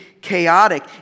chaotic